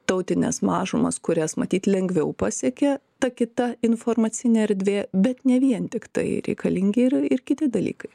tautines mažumas kurias matyt lengviau pasekė ta kita informacinė erdvė bet ne vien tiktai reikalingi ir ir kiti dalykai